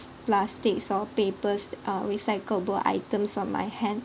plastics or papers uh recyclable items on my hand